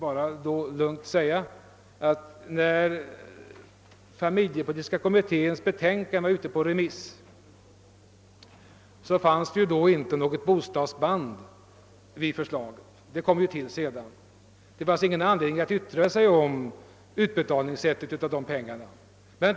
Jag kan då bara lugnt säga att när familjepolitiska kommitténs betänkande var ute på remiss fanns det inte något bostadsband knutet till förslaget, utan detta tillkom senare. Det fanns således ingen anledning att yttra sig om sättet att utbetala pengarna.